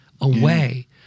away